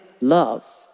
love